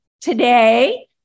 today